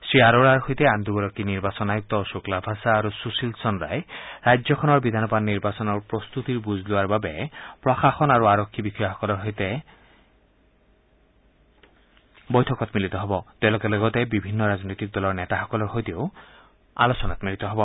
শ্ৰীঅৰোৰাৰ সৈতে আন দুগৰাকী নিৰ্বাচন আয়ুক্ত অশোক লাভাছা আৰু সুশীল চন্দ্ৰাই ৰাজ্যখনৰ বিধানসভা নিৰ্বাচনৰ প্ৰস্তাতিৰ বুজ লোৱাৰ বাবে প্ৰশাসন আৰু আৰক্ষী বিষয়াসকলৰ লগতে বিভিন্ন ৰাজনৈতিক দলৰ নেতাসকলৰ সৈতে বৈঠকত মিলিত হ'ব